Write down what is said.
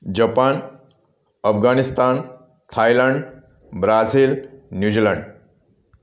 Japan Afghanistan Thailand Brazil New Zealand